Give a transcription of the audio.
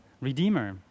Redeemer